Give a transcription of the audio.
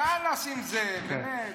חלאס עם זה, באמת.